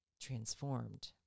transformed